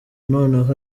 noneho